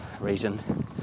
reason